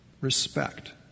respect